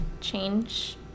change